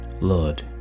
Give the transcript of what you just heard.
Lord